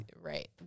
Right